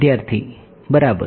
વિદ્યાર્થી બરાબર